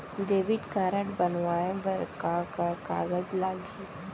Debit card बनवाये बर का का कागज लागही?